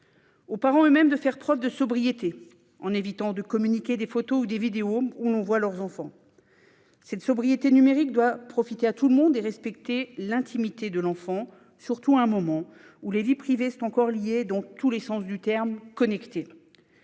Aux parents eux-mêmes de faire preuve de sobriété en évitant de communiquer des photos ou des vidéos où l'on voit leurs enfants. Cette sobriété numérique doit profiter à tout le monde et respecter l'intimité de l'enfant, surtout à un moment où les vies privées sont encore liées et, dans tous les sens du terme, connectées.